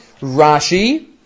Rashi